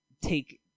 take